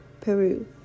Peru